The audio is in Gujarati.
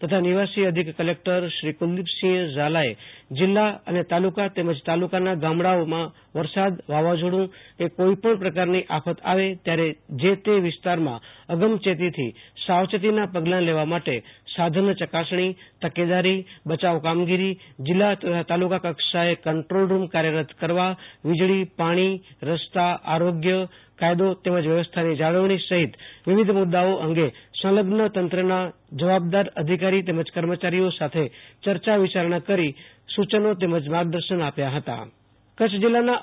તથા નિવાસી અધિક કલેકટર કુલદીપસિંહ ઝાલાએ જીલ્લ્લા અને તાલુકા તેમજ તાલુકાના ગામડાઓમાં વરસાદ વાવાઝોડું કે કોઈપણ પ્રકારની આફત આવે ત્યારે જેતે વિસ્તારમાં અગમ ચેતીથી સાવચેતીના પગલા લેવા માટે સાધન ચકાસણી તેકેદારીબયાવ કામગીરી જીલ્લા તથા તાલુકા કશાએ કન્દ્રોલ રૂમ કાર્યરત કરવા વીજળીપાણીરસ્તાઆરોગ્ય કાયદો વ્યવસ્થા જાળવણી સહીત વિવિધ મુદાઓ અંગે સંલઝન તંત્રના જવાબદાર અધિકારી કર્મચારીઓ સાથે ચર્ચા વિચારના કરી સૂયનો માર્ગદર્શનો આપ્યા આશુતોષ અંતાણી હતા